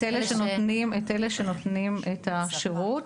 את אלה שנותנים את השירות.